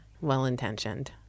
Well-intentioned